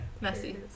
Messy